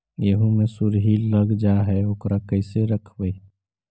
गेहू मे सुरही लग जाय है ओकरा कैसे रखबइ?